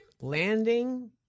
landing